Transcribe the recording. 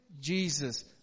Jesus